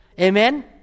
Amen